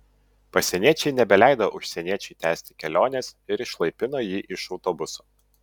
pasieniečiai nebeleido užsieniečiui tęsti kelionės ir išlaipino jį iš autobuso